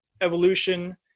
evolution